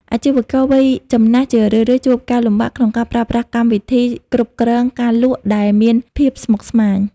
អាជីវករវ័យចំណាស់ជារឿយៗជួបការលំបាកក្នុងការប្រើប្រាស់កម្មវិធីគ្រប់គ្រងការលក់ ដែលមានភាពស្មុគស្មាញ។